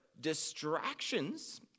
distractions